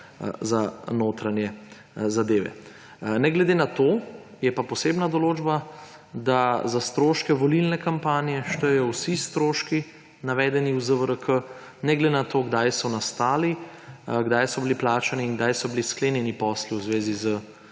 za notranje zadeve. Ne glede na to je pa posebna določba, da za stroške volilne kampanje štejejo vsi stroški, navedeni v ZVRK, ne glede na to, kdaj so nastali, kdaj so bili plačani in kdaj so bili sklenjeni posli v zvezi s